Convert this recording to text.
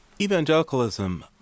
Evangelicalism